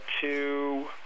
two